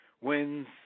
wins